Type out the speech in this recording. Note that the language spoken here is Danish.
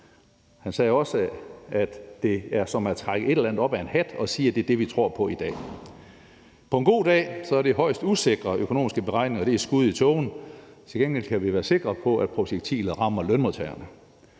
Han sagde også, at det var som at trække et eller andet op af en hat og sige, at det er det, vi tror på i dag. På en god dag er det højst usikre økonomiske beregninger og et skud i tågen; til gengæld kan vi være sikre på, at projektilet rammer lønmodtagerne.